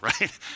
right